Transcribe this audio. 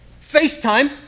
FaceTime